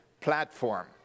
platform